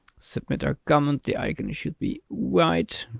submit our comment, the icon should be white,